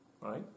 right